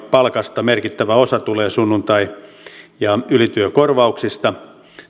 palkasta merkittävä osa tulee sunnuntai ja ylityökorvauksista